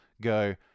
go